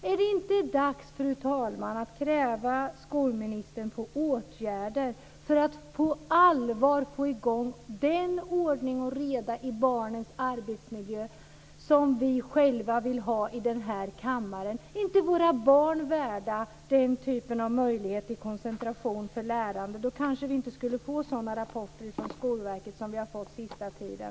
Är det inte dags att kräva att skolministern vidtar åtgärder för att på allvar skapa den ordning och reda i barnens arbetsmiljö som vi själva vill ha i denna kammare! Är inte våra barn värda den möjligheten till koncentration för deras lärande? Då skulle vi kanske inte få den typ av rapporter från Skolverket som vi har fått under den senaste tiden.